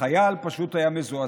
החייל פשוט היה מזועזע.